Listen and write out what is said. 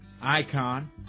icon